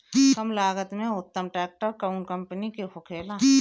कम लागत में उत्तम ट्रैक्टर कउन कम्पनी के होखेला?